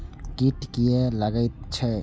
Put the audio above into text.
कीट किये लगैत छै?